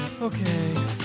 Okay